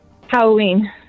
Halloween